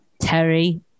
Terry